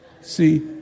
See